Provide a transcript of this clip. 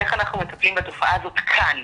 איך אנחנו מטפלים בתופעה הזאת כאן.